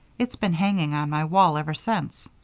it's been hanging on my wall ever since.